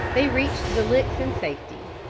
they reached the licks in safety.